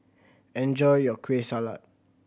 enjoy your Kueh Salat